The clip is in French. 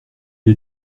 est